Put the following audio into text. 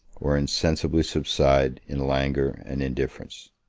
or insensibly subside in languor and indifference.